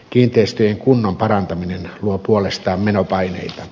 kiinteistöjen kunnon parantaminen luo puolestaan menopaineita